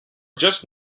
just